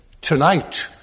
tonight